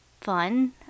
fun